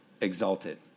exalted